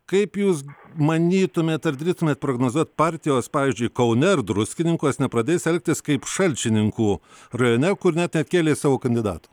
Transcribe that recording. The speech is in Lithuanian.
kaip jūs manytumėt ar drįstumėt prognozuot partijos pavyzdžiui kaune ar druskininkuos nepradės elgtis kaip šalčininkų rajone kur net neatkėlė savo kandidatų